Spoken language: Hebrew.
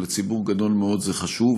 ולציבור גדול מאוד זה חשוב,